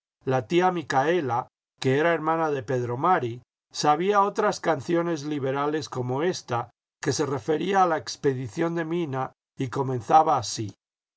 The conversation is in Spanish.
la tía micaela que era hermana de pedro mari sabía otras canciones liberales como ésta que se refería a la expedición de mina y que comenzaba así